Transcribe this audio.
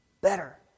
better